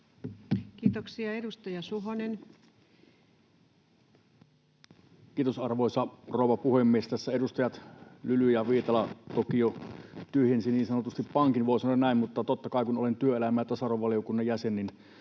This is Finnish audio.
laeiksi Time: 16:50 Content: Kiitos, arvoisa rouva puhemies! Tässä edustajat Lyly ja Viitala toki jo niin sanotusti tyhjensivät pankin, voi sanoa näin. Mutta totta kai, kun olen työelämä- ja tasa-arvovaliokunnan jäsen,